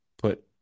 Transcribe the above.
put